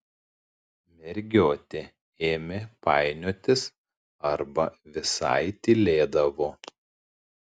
mergiotė ėmė painiotis arba visai tylėdavo